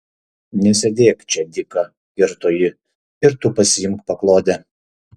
nesėdėk čia dyka kirto ji ir tu pasiimk paklodę